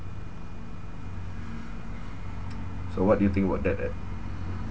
so what do you think about that ed